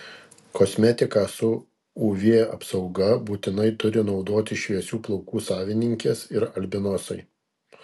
kosmetiką su uv apsauga būtinai turi naudoti šviesių plaukų savininkės ir albinosai